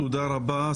תודה רבה.